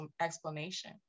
explanation